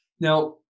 Now